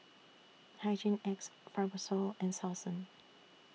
Hygin X Fibrosol and Selsun